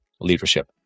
Leadership